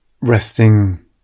Resting